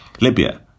Libya